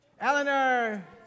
Eleanor